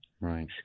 Right